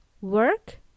work